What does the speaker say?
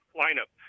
lineup